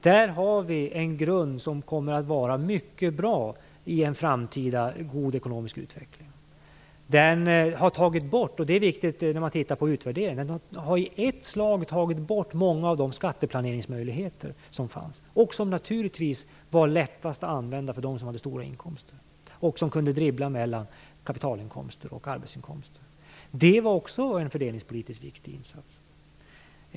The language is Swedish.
Där har vi en grund som kommer att vara mycket bra i en framtida god ekonomisk utveckling. Den har i ett slag tagit bort - det är viktigt när man tittar på utvärderingen - många av de skatteplaneringsmöjligheter som fanns och som naturligtvis var lättast att använda för dem som hade stora inkomster och som kunde dribbla mellan kapitalinkomster och arbetsinkomster. Det var också en fördelningspolitiskt viktig insats.